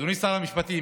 אדוני שר המשפטים,